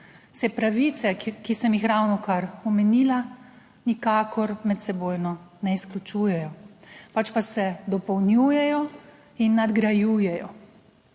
se pravice, ki sem jih ravnokar omenila, nikakor medsebojno ne izključujejo, pač pa se dopolnjujejo in nadgrajujejo.